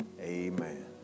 Amen